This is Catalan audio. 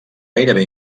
gairebé